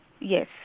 Yes